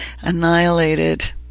annihilated